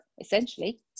essentially